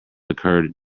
occurred